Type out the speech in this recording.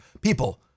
people